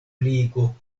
ligo